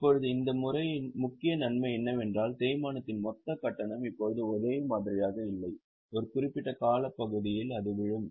இப்போது இந்த முறையின் முக்கிய நன்மை என்னவென்றால் தேய்மானத்தின் மொத்த கட்டணம் இப்போது ஒரே மாதிரியாக இல்லை ஒரு குறிப்பிட்ட காலப்பகுதியில் அது விழும்